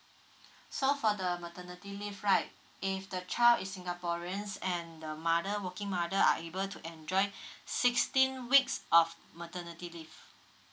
so for the maternity leave right if the child is singaporeans and the mother working mother are able to enjoy sixteen weeks of maternity leave